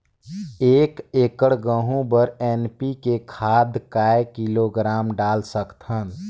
एक एकड़ गहूं बर एन.पी.के खाद काय किलोग्राम डाल सकथन?